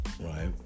Right